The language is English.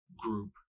group